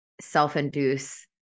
self-induce